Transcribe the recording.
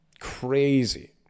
crazy